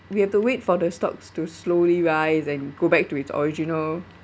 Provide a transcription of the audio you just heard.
we have to wait for the stocks to slowly rise and go back to its original